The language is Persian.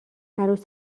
عروس